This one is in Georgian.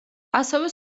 ასევე